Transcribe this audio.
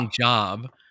job